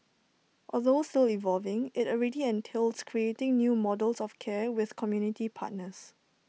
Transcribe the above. although still evolving IT already entails creating new models of care with community partners